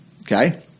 okay